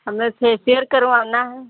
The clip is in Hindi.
हमें फेसियर करवाना है